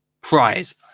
prize